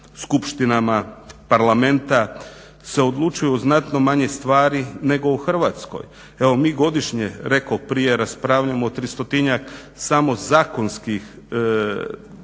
skupštinama parlamenta se odlučuje o znatno manje stvari nego o Hrvatskoj. Evo mi godišnje, rekoh prije raspravljamo o tristotinjak samo zakonskih